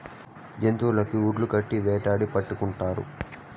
జంతులకి ఉర్లు కట్టి వేటాడి పట్టుకుంటారు